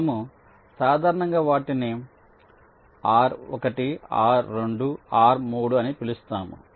మనము సాధారణంగా వాటిని r1 r2 r3 అని పిలుస్తాము